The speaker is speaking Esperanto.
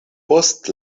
post